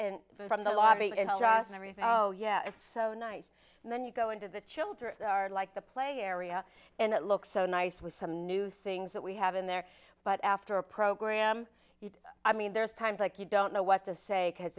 them from the lobby and everything oh yeah it's so nice and then you go into the children like the play area and it looks so nice with some new things that we have in there but after a program i mean there's times like you don't know what to say because